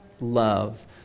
love